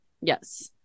Yes